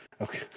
Okay